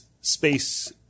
space